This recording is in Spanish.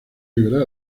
liberal